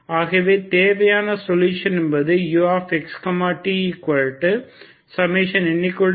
ஆகவே தேவையான சொல்யூஷன் என்பது uxtn0unxtn0Ane n222L2t